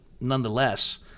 nonetheless